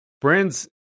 brands